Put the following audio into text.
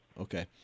Okay